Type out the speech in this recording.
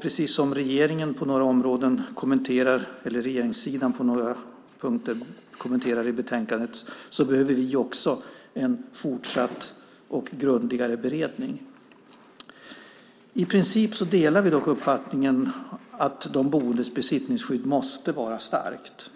Precis som regeringssidan på några punkter kommenterar i betänkandet behöver vi också en fortsatt och grundligare beredning. I princip delar vi dock uppfattningen att de boendes besittningsskydd måste vara starkt.